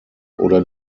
oder